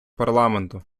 парламенту